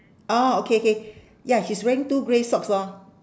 orh okay okay ya he's wearing two grey socks lor